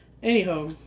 Anyhow